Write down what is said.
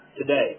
today